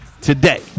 today